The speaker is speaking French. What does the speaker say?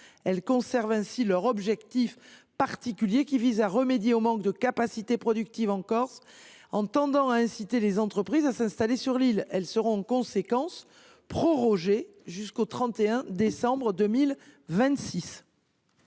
Elles conservent ainsi leur objectif particulier, qui est de remédier au manque de capacités productives en Corse en tendant à inciter les entreprises à s’installer sur l’île. Elles seront en conséquence prorogées jusqu’au 31 décembre 2026.